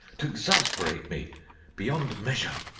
to exasperate me beyond measure.